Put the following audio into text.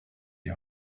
die